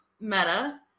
Meta